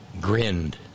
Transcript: grinned